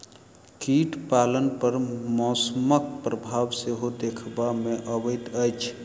कीट पालन पर मौसमक प्रभाव सेहो देखबा मे अबैत अछि